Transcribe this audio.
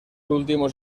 últimos